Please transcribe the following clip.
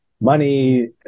money